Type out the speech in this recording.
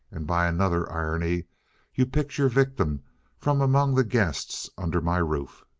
and by another irony you picked your victim from among the guests under my roof!